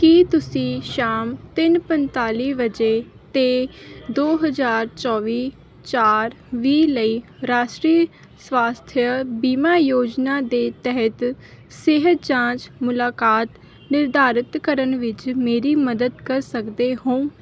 ਕੀ ਤੁਸੀਂ ਸ਼ਾਮ ਤਿੰਨ ਪੰਤਾਲੀ ਵਜੇ 'ਤੇ ਦੋ ਹਜ਼ਾਰ ਚੌਵੀ ਚਾਰ ਵੀਹ ਲਈ ਰਾਸ਼ਟਰੀ ਸਵਾਸਥਯ ਬੀਮਾ ਯੋਜਨਾ ਦੇ ਤਹਿਤ ਸਿਹਤ ਜਾਂਚ ਮੁਲਾਕਾਤ ਨਿਰਧਾਰਤ ਕਰਨ ਵਿੱਚ ਮੇਰੀ ਮਦਦ ਕਰ ਸਕਦੇ ਹੋ